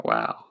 Wow